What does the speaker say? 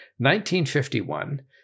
1951